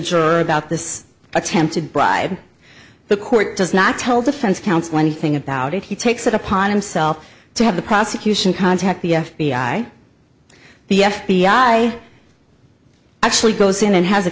juror about this attempted bribe the court does not tell defense counsel anything about it he takes it upon himself to have the prosecution contact the f b i the f b i actually goes in and has a